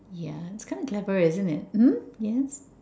yeah it's kind of clever isn't it mm yes